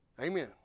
Amen